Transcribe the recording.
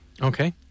Okay